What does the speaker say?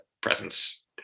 presence